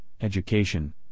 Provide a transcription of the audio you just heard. education